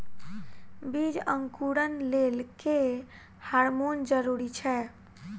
बीज अंकुरण लेल केँ हार्मोन जरूरी छै?